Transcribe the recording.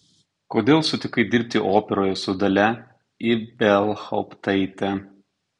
kodėl sutikai dirbti operoje su dalia ibelhauptaite